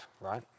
right